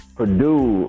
Purdue